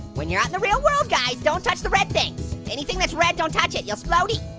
when you're not in the real world, guys, don't touch the red things. anything that's red, don't touch it, you'll explodey.